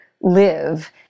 live